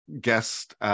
guest